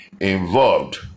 involved